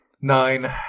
Nine